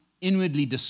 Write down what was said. inwardly